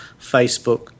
Facebook